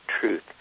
truth